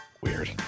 Weird